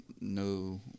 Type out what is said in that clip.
no